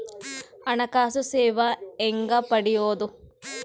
ಹಣಕಾಸು ಸೇವಾ ಹೆಂಗ ಪಡಿಯೊದ?